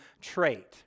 trait